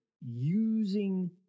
using